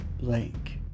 blank